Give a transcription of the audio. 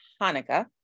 Hanukkah